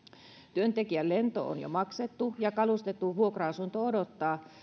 työntekijän lento on jo maksettu ja kalustettu vuokra asunto odottaa